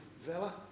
Vela